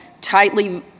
tightly